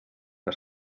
que